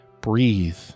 breathe